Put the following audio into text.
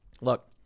Look